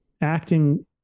acting